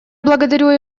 благодарю